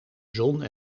zon